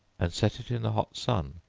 and set it in the hot sun,